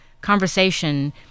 conversation